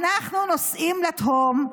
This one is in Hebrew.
אנחנו נוסעים לתהום,